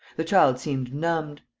the child seemed numbed.